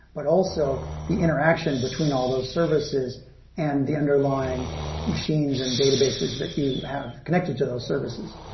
but also the interaction between all those services and the underlying machines and databases that you have connected to those services.